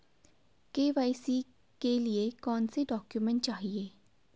KYC के लिए कौनसे डॉक्यूमेंट चाहिये?